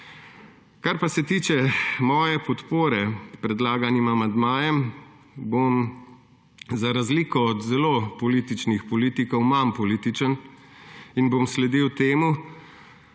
Kar pa se tiče moje podpore predlaganim amandmajem, bom za razliko od zelo političnih politikov manj političen in bom sledil temu,